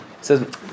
says